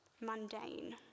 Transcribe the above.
mundane